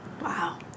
Wow